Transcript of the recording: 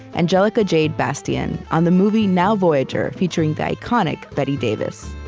angelica jade bastien on the movie now, voyager, featuring the iconic bette davis.